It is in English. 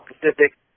Pacific